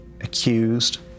accused